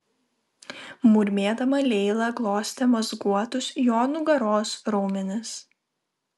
murmėdama leila glostė mazguotus jo nugaros raumenis